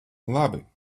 labi